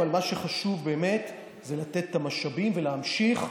מה שחשוב באמת זה לתת את המשאבים ולהמשיך,